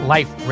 Life